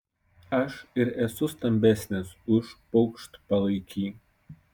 aš ir esu stambesnis už paukštpalaikį